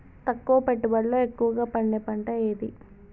తక్కువ పెట్టుబడితో ఎక్కువగా పండే పంట ఏది?